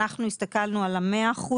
אנחנו הסתכלנו על ה-100%,